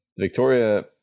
Victoria